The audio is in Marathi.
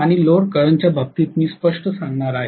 आणि लोड करंटच्या बाबतीत मी स्पष्टपणे सांगणार आहे